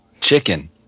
chicken